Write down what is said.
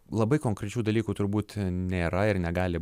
labai konkrečių dalykų turbūt nėra ir negali